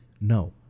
no